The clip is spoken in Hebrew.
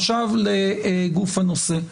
עכשיו לגוף הנושא,